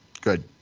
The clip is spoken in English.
good